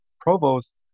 Provost